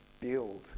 build